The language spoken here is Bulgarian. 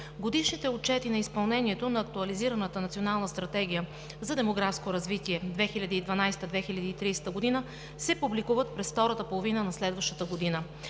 Годишните отчети на изпълнението на Актуализираната Национална стратегия за демографско развитие (2012 – 2030 г.) се публикуват през втората половина на следващата година.